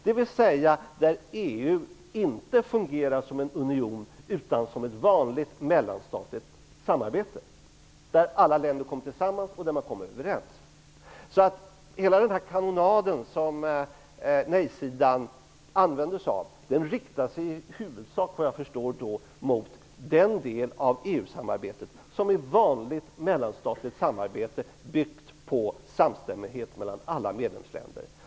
På dessa områden fungerar inte EU som en union utan som vid ett vanligt mellanstatligt samarbete där alla länder kommer samman och kommer överens. Hela den kanonad som nej-sidan använder sig av riktar sig i huvudsak mot den del av EU-samarbetet som ett vanligt mellanstatligt samarbete är byggd på, dvs. samstämmighet mellan alla medlemsländer.